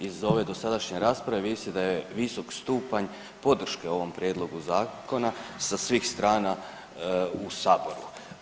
Iz ove dosadašnje rasprave vidi se da je visok stupanj podrške ovom Prijedlogu zakona sa svih strana u Saboru.